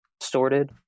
sorted